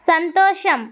సంతోషం